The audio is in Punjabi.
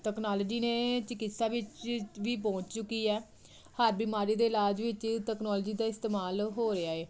ਤਕਨਾਲਜੀ ਨੇ ਚਿਕਿਤਸਾ ਵਿੱਚ ਵੀ ਪਹੁੰਚ ਚੁੱਕੀ ਆ ਹਰ ਬਿਮਾਰੀ ਦੇ ਇਲਾਜ ਵਿੱਚ ਟੈਕਨੋਲੋਜੀ ਦਾ ਇਸਤੇਮਾਲ ਹੋ ਰਿਹਾ ਹੈ